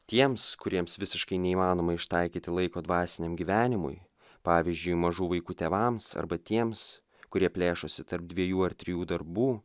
tiems kuriems visiškai neįmanoma ištaikyti laiko dvasiniam gyvenimui pavyzdžiui mažų vaikų tėvams arba tiems kurie plėšosi tarp dviejų ar trijų darbų